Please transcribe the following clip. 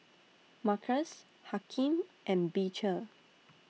Markus Hakim and Beecher